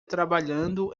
trabalhando